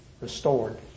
restored